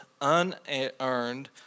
unearned